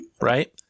right